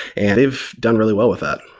and they've done really well with that.